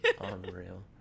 Unreal